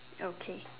okay